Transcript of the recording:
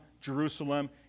Jerusalem